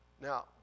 Now